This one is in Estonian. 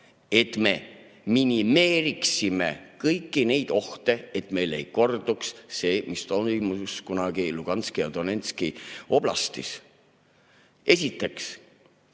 et me minimeeriksime kõiki neid ohte, et meil ei korduks see, mis toimus kunagi Luhanski ja Donetski oblastis. Esiteks,